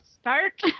Start